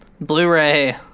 Blu-ray